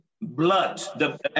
Blood